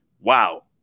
wow